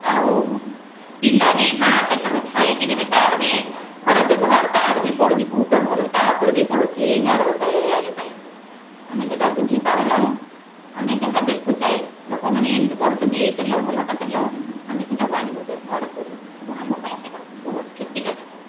ଆଉ ପିଲା ବି ମା ପେଟରୁ ଥାଇକରି ବି ତାର ବି ଖରାପ ବ୍ୟବହାର ତାର ବି ପଡ଼ୁଛି କୁପ୍ରଭାବ ତା ଉପରେ ବି ପଡ଼ୁଛି ହେୟାର୍ ଅଏଲ୍ ପାଇଁ ଆମେ ସେଇଟା ବୁଝିପାରୁନେ ଆମେ ଯାହା ଦେଖୁଛେ ଲୋକମାନେ ଏମିତି କରୁଛନ୍ତି ଏଇ ତେଲ ଭଲଟା ତେଲ ଆମେ ସେଇଟାକୁ ଆଣିକି ବ୍ୟବହାର କରୁ କିନ୍ତୁ ଆମ ପାଇଁ ସେମାନେ ବହୁତ କ୍ଷତିକାରକ